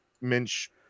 Minch